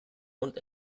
und